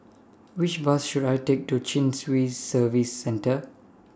Which Bus should I Take to Chin Swee Service Centre